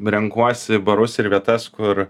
renkuosi barus ir vietas kur